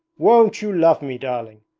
won't you love me, darling?